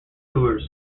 tours